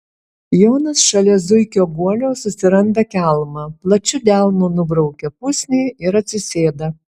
jonas šalia zuikio guolio susiranda kelmą plačiu delnu nubraukia pusnį ir atsisėda